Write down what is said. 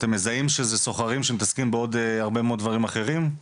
אתם מזהים שזה סוחרים שמתעסקים בעוד הרבה מאוד דברים אחרים?